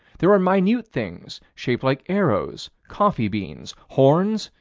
there were minute things shaped like arrows, coffee beans, horns,